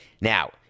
Now